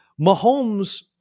Mahomes